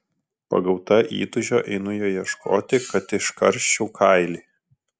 pagauta įtūžio einu jo ieškoti kad iškarščiau kailį